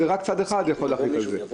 רק צד אחד יכול להחליט על זה.